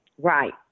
Right